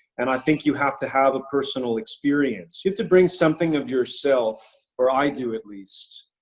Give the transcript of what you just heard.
and i think you have to have a personal experience. you have to bring something of yourself, or i do at least,